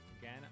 again